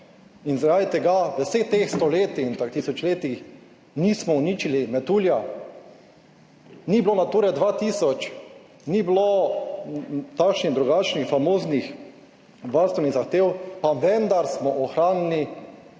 in zaradi tega v vseh teh stoletjih in tisočletjih nismo uničili metulja, ni bilo Nature 2000, ni bilo takšnih in drugačnih famoznih varstvenih zahtev, a vendar smo ohranili